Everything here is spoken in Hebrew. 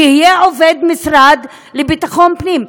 שיהיה עובד המשרד לביטחון פנים.